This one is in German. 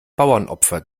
bauernopfer